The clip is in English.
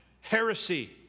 heresy